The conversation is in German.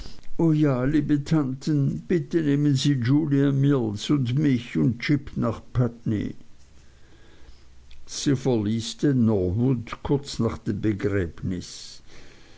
o ja liebe tanten bitte nehmen sie julia mills und mich und jip nach putney so verließ sie denn norwood kurz nach dem begräbnis